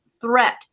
threat